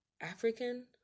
african